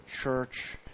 church